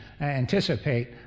anticipate